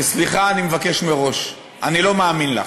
וסליחה אני מבקש מראש: אני לא מאמין לך.